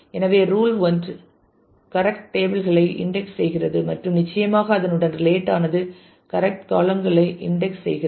எனவே rule 1 correct table களை index செய்கிறது மற்றும் நிச்சயமாக அதனுடன் ரிலேட் ஆனது கரெக்ட் காளம் களைக் இன்டெக்ஸ் செய்கிறது